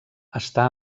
està